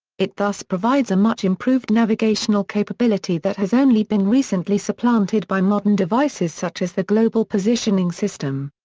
it thus provides a much improved navigational capability that has only been recently supplanted by modern devices such as the global positioning system.